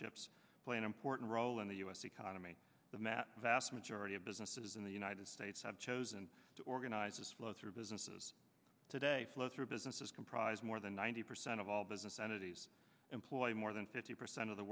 proprietorships play an important role in the u s economy the mat vast majority of businesses in the united states have chosen to organize this flow through businesses today flow through businesses comprise more than ninety percent of all business entities employing more than fifty percent of the